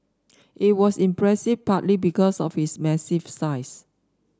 it was impressive partly because of its massive size